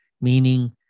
meaning